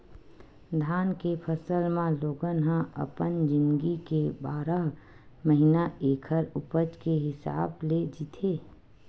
धान के फसल म लोगन ह अपन जिनगी के बारह महिना ऐखर उपज के हिसाब ले जीथे